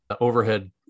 overhead